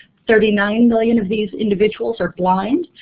thirty nine million of these individuals are blind.